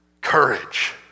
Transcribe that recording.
Courage